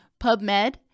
PubMed